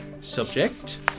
subject